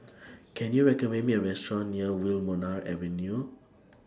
Can YOU recommend Me A Restaurant near Wilmonar Avenue